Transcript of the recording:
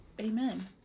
Amen